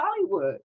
Hollywood